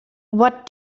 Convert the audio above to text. what